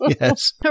Yes